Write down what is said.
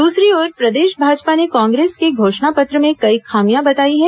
दूसरी ओर प्रदेश भाजपा ने कांग्रेस के घोषणा पत्र में कई खामियां बताई हैं